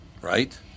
right